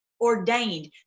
ordained